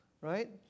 right